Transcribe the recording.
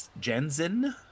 Jensen